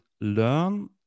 learn